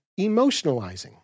emotionalizing